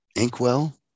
Inkwell